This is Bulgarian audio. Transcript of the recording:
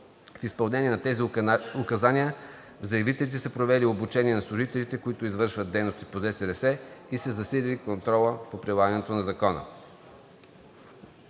В изпълнение на тези указания заявителите са провели обучение на служителите, които извършват дейности по ЗСРС, и са засилили контрола по прилагането на Закона.